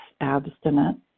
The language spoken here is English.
abstinent